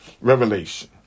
revelation